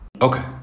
Okay